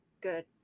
good